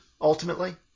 ultimately